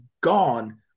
Gone